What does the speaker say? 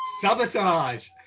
Sabotage